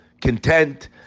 content